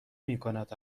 میکند